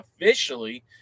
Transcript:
officially